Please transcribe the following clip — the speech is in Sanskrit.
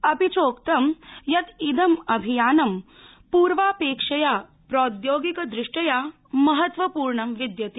अपि चोक्तं यत् इद अभियानं पूर्वापेक्षया प्रौद्योगिकदृष्ट्या महत्त्वपूर्ण विद्यते